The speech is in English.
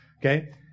Okay